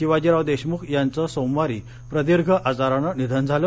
शिवाजीराव देशमुख यांचं सोमवारी प्रदीर्घ आजारानं निधन झालं